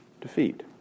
defeat